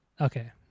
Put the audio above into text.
okay